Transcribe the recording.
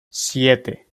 siete